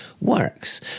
works